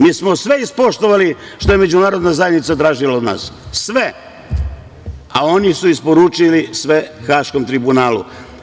Mi smo sve ispoštovali što je međunarodna zajednica tražila od nas, sve, a oni su isporučili sve Haškom tribunalu.